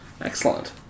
Excellent